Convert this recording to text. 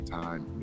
time